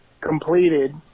completed